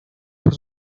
por